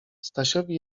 stasiowi